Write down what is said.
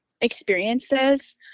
experiences